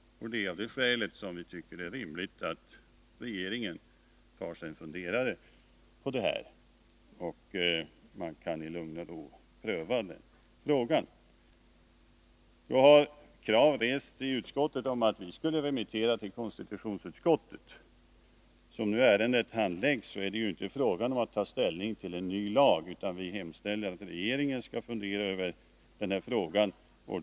Det är av det skälet som vi tycker att det är rimligt att regeringen tar sig en funderare på det här. Man kan i lugn och ro pröva frågan. Krav har rests i utskottet på att vi skulle remittera frågan till konstitutionsutskottet. Som nu ärendet handläggs är det inte fråga om att ta ställning till en ny lag, utan vi hemställer att regeringen skall fundera över frågan.